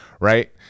right